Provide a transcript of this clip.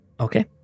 Okay